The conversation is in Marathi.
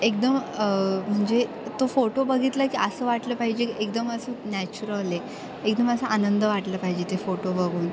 एकदम म्हणजे तो फोटो बघितला की असं वाटलं पाहिजे की एकदम असं नॅचरल आहे एकदम असं आनंद वाटलं पाहिजे ते फोटो बघून